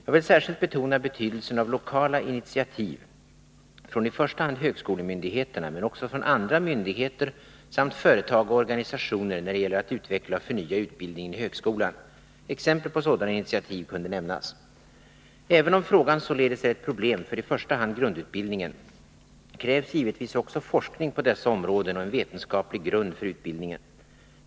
Jag vill särskilt betona betydelsen av lokala initiativ från i första hand högskolemyndigheterna men också från andra myndigheter samt företag och organisationer när det gäller att utveckla och förnya utbildningen i högskolan. Exempel på sådana initiativ kunde nämnas. Även om frågan således är ett problem för i första hand grundutbildningen, krävs givetvis också forskning på dessa områden och en vetenskaplig grund för utbildningen.